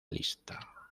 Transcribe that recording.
lista